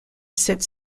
cette